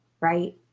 Right